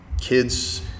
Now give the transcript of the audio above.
Kids